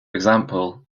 example